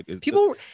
People